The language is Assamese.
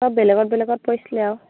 সব বেলেগত বেলেগত পৰিছিলে আৰু